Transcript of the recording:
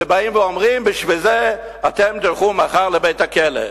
ובאים ואומרים: על זה אתם תלכו מחר לבית-הכלא.